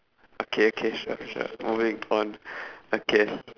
okay okay sure sure moving on okay